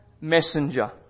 messenger